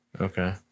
Okay